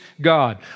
God